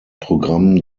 programm